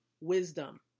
wisdom